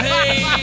Hey